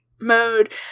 mode